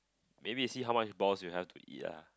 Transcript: maybe you see how much balls you have to eat lah